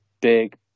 big